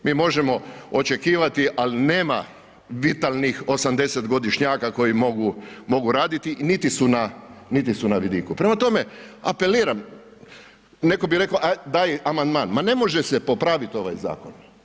Mi možemo očekivati ali nema vitalnih 80-godišnjaka koji mogu raditi, niti su na vidiku prema tome, apeliram, netko bi rekao daj amandman, ma ne može se popravit ovaj zakon.